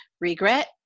regret